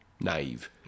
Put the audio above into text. naive